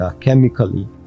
chemically